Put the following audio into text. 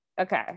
okay